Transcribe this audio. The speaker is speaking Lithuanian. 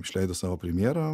išleido savo premjerą